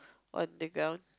on the ground